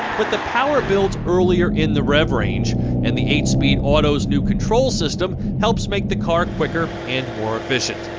but the power builds earlier in the rev range and the eight speed auto's new control system helps make the car quicker and more efficient.